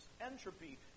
Entropy